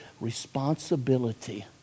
responsibility